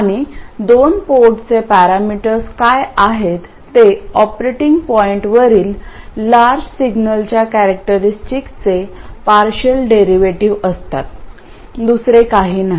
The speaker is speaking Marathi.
आणि दोन पोर्टचे पॅरामीटर्स काय आहेत ते ऑपरेटिंग पॉईंटवरील लार्ज सिग्नलच्या कॅरॅक्टरीस्टिकचे पार्शियल डेरिव्हेटिव्ह असतात दुसरे काही नाही